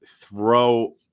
throw